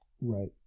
Right